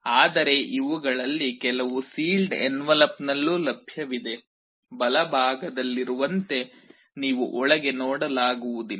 ಆದರೆ ಇವುಗಳಲ್ಲಿ ಕೆಲವು ಸೀಲ್ಡ್ ಎನ್ವಲಪ್ನಲ್ಲೂ ಲಭ್ಯವಿದೆ ಬಲಭಾಗದಲ್ಲಿರುವಂತೆ ನೀವು ಒಳಗೆ ನೋಡಲಾಗುವುದಿಲ್ಲ